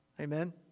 Amen